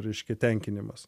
reiškia tenkinimas